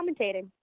commentating